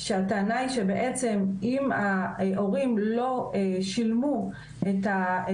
שהטענה היא שבעצם אם ההורים לא שילמו